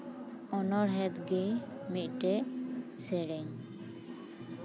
ᱚᱱᱚᱬᱦᱮᱸ ᱜᱮ ᱢᱤᱫᱴᱮᱱ ᱥᱮᱨᱮᱧ